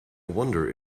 wonder